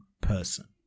person